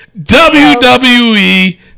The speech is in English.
WWE